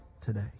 today